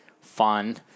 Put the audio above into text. fun